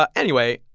ah anyway,